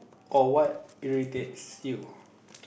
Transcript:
or what irritates you